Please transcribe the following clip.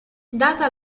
data